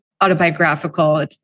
autobiographical